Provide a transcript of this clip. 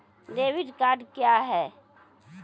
Debit card क्या हैं?